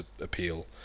appeal